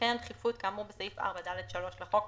ובהתקיים דחיפות כאמור בסעיף 4(ד)(3) לחוק,